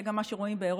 זה גם מה שרואים באירופה,